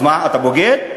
אז מה, אתה בוגד?